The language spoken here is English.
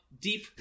deep